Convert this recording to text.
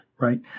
right